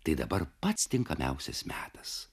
tai dabar pats tinkamiausias metas